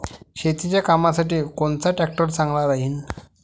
शेतीच्या कामासाठी कोनचा ट्रॅक्टर चांगला राहीन?